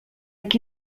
qui